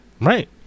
Right